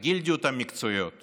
הגילדות המקצועיות